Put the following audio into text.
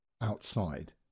outside